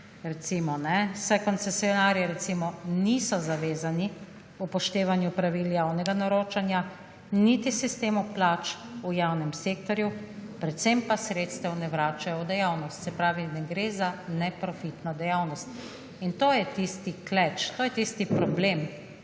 Recimo vsi koncesionarji niso zavezani upoštevanju pravil javnega naročanja niti sistemu plač v javnem sektorju predvsem pa sredstev ne vračajo v dejavnost se pravi ne gre za neprofitno dejavnost in to je tisti kleč, to je tisti problem.